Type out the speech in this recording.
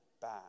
bad